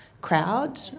crowd